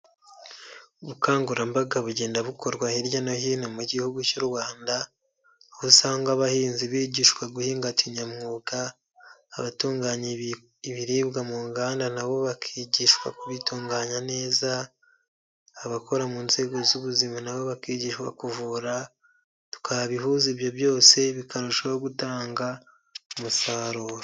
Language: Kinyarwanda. Ubukangurambaga bugenda bukorwa hirya no hino mu gihugu cy'u Rwanda aho usanga abahinzi bigishwa guhinga kinyamwuga, abatunganya ibiribwa mu nganda nabo bakigishwa kubitunganya neza, abakora mu nzego z'ubuzima nabo bakigishwa kuvura twabihuza ibyo byose bikarushaho gutanga umusaruro.